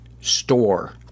store